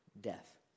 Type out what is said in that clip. death